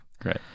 great